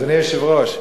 אדוני היושב-ראש.